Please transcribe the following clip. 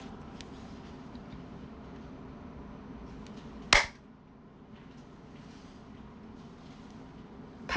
part